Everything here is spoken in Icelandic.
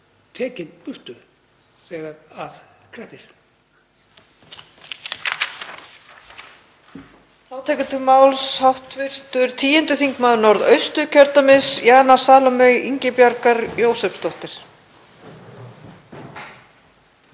tekin í burtu þegar að kreppir.